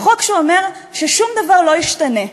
החוק שאומר ששום דבר לא ישתנה.